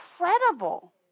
incredible